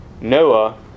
Noah